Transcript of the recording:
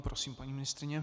Prosím, paní ministryně.